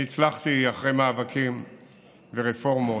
אני הצלחתי, אחרי מאבקים ורפורמות,